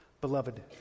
beloved